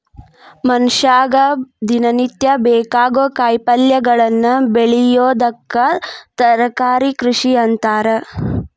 ಮನಷ್ಯಾಗ ದಿನನಿತ್ಯ ಬೇಕಾಗೋ ಕಾಯಿಪಲ್ಯಗಳನ್ನ ಬೆಳಿಯೋದಕ್ಕ ತರಕಾರಿ ಕೃಷಿ ಅಂತಾರ